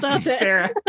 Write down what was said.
Sarah